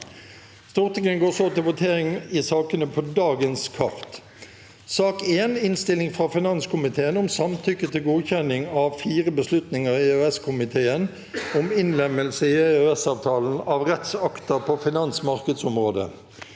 på dagens kart. Votering i sak nr. 1, debattert 12. juni 2024 Innstilling fra finanskomiteen om Samtykke til godkjenning av fire beslutninger i EØS-komiteen om innlemmelse i EØS-avtalen av rettsakter på finansmarkedsområdet